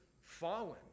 fallen